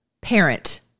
parent